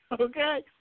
okay